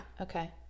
okay